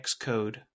Xcode